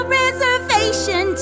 reservation